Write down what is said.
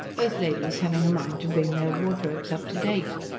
both ladies having a mind to bring their wardrobes up to date.